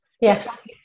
Yes